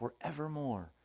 forevermore